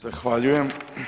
Zahvaljujem.